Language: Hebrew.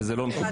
וזה לא מקובל.